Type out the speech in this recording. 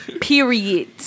Period